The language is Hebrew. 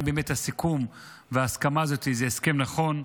אם באמת הסיכום והסכמה הזאת הן הסכם נכון.